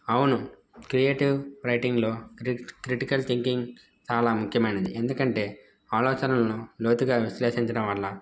అవును క్రియేటివ్ రైటింగ్లో cri critical thinking చాలా ముఖ్యమైనది ఎందుకంటే ఆలోచనలను లోతుగా విశ్లేషించడం వల్ల